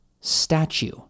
statue